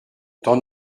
t’en